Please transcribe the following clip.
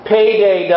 Payday